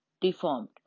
deformed